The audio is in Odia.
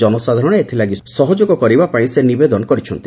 ଜନସାଧାରଣ ଏଥିଲାଗି ସହଯୋଗ କରିବା ପାଇଁ ସେ ନିବେଦନ କରିଛନ୍ତି